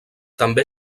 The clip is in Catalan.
també